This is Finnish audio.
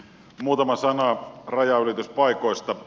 muutama sana rajanylityspaikoista